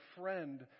friend